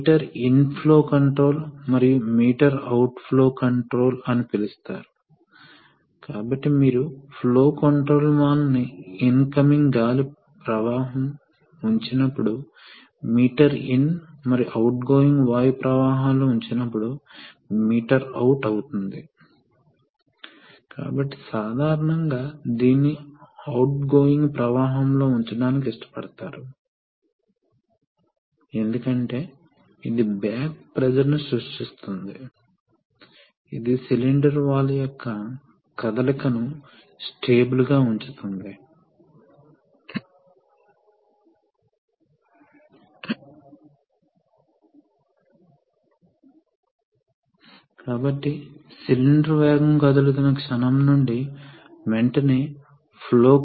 కాబట్టి medium pressure మోడ్లో ఏమి జరుగుతుందో చూద్దాంకాబట్టి మీడియం ప్రెషర్ మోడ్లో మనము సోలేనోయిడ్ A ని శక్తివంతం చేసాము కాబట్టి మనం సోలేనోయిడ్ A ని శక్తివంతం చేసిన చోట వాల్వ్ యొక్క ఈ స్థానం చురుకుగా ఉందని అనుకుంటాము కాబట్టి ఇప్పుడు పంప్ పోర్ట్ ఇలా కనెక్ట్ చేయబడింది కాబట్టి ఇప్పుడు పైలట్ ప్రెషర్ అంటే ఏమిటి పైలట్ పీడనం వాస్తవానికి ఈ వాల్వ్ E యొక్క అమరిక ద్వారా నిర్ణయించబడుతుంది కాబట్టి ప్రెజర్ ఈ వాల్వ్ E యొక్క అమరికను మించినప్పుడల్లా వెంట్ పోర్ట్ తెరుచుకుంటుంది